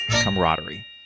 camaraderie